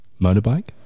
motorbike